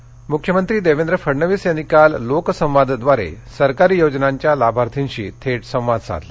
लोक संवाद मुख्यमंत्री देवेंद्र फडणवीस यांनी काल लोक संवादव्वारे सरकारी योजनांच्या लाभार्थींशी थेट संवाद साधला